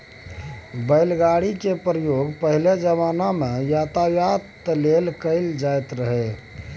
बैलगाड़ी केर प्रयोग पहिल जमाना मे यातायात लेल कएल जाएत रहय